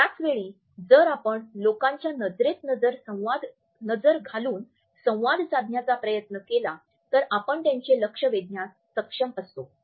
त्याच वेळी जर आपण लोकांच्या नजरेत नजर घालून संवाद साधण्याचा प्रयत्न केला तर आपण त्यांचे लक्ष वेधण्यास सक्षम असतो